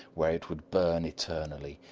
where it would burn eternally,